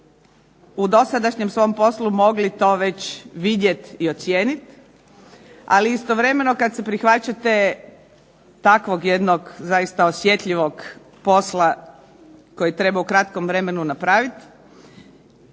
u dosadašnjem svom poslu mogli to već vidjeti i ocijeniti. Ali istovremeno kada se prihvaćate takvog jednog zaista osjetljivog posla koji treba u kratkom vremenu napraviti,